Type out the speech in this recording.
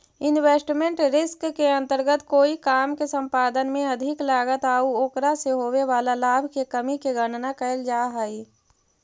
investment risk के अंतर्गत कोई काम के संपादन में अधिक लागत आउ ओकरा से होवे वाला लाभ के कमी के गणना कैल जा हई